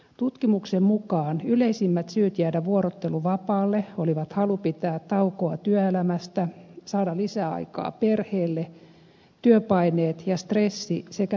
tutkimuksen mukaan yleisimmät syyt jäädä vuorotteluvapaalle olivat halu pitää taukoa työelämästä saada lisäaikaa perheelle työpaineet ja stressi sekä levon tarve